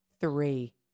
Three